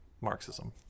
Marxism